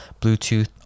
Bluetooth